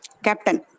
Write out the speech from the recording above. Captain